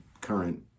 current